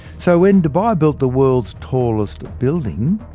so when dubai built the world's tallest building,